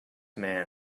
man